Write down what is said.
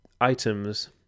items